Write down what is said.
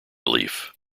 relief